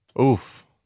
Oof